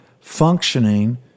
functioning